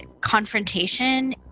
confrontation